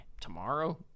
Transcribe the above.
Tomorrow